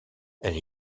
elle